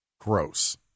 Gross